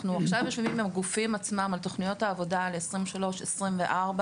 אנחנו עכשיו יושבים עם הגופים עצמם על תוכניות העבודה ל-2023 2024,